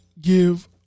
give